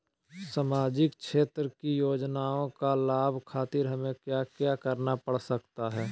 सामाजिक क्षेत्र की योजनाओं का लाभ खातिर हमें क्या क्या करना पड़ सकता है?